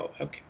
okay